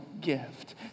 gift